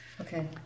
Okay